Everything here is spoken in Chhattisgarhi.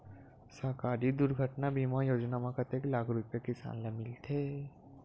सहकारी दुर्घटना बीमा योजना म कतेक लाख रुपिया किसान ल मिलथे?